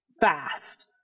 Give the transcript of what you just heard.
fast